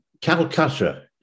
Calcutta